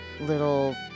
little